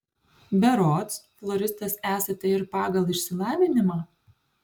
berods floristas esate ir pagal išsilavinimą